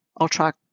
ultra